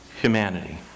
humanity